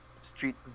street